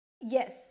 yes